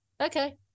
Okay